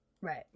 Right